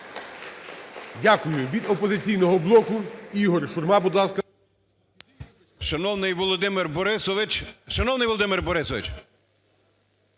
Дякую. Від "Опозиційного блоку" Ігор Шурма, будь ласка.